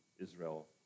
Israel